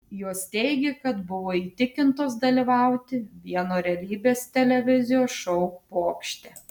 jos teigė kad buvo įtikintos dalyvauti vieno realybės televizijos šou pokšte